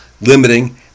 limiting